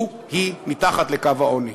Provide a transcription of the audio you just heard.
הוא, היא, מתחת לקו העוני.